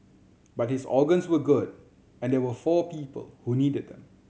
but his organs were good and there were four people who needed them